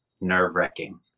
nerve-wracking